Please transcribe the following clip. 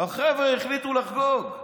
החבר'ה החליטו לחגוג,